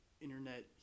internet